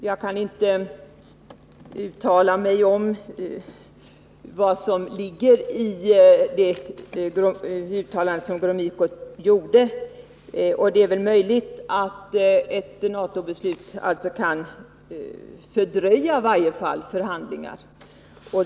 Jag kan inte uttala mig om vad som ligger i Gromykos uttalande, och det är väl möjligt att ett NATO-beslut i varje fall kan fördröja förhandlingar.